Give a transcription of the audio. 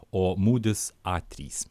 o mūdis a trys